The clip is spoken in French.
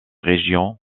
régions